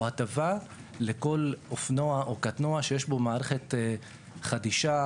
הטבה לכל אופנוע או קטנוע שיש בו מערכת בטיחות חדישה.